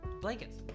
Blankets